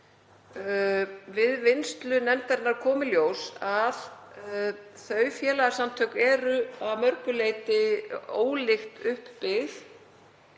Við vinnslu nefndarinnar kom í ljós að þau félagasamtök eru að mörgu leyti ólíkt uppbyggð